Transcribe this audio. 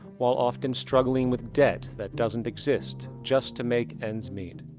while often struggling with debt that doesn't exist just to make ends meet.